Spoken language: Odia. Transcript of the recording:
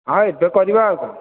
ହଁ ଏବେ କରିବା ଆଉ କ'ଣ